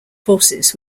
forces